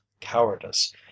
cowardice